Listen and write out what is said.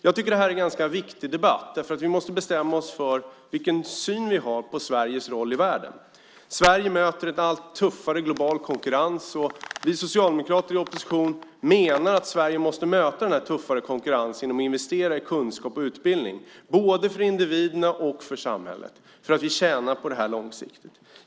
Jag tycker att detta är en ganska viktig debatt därför att vi måste bestämma oss för vilken syn som vi har på Sveriges roll i världen. Sverige möter en allt tuffare global konkurrens. Vi socialdemokrater i opposition menar att Sverige måste möta denna tuffare konkurrens genom att investera i kunskap och utbildning, både för individerna och för samhället, för att vi tjänar på detta långsiktigt.